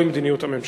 זוהי מדיניות הממשלה.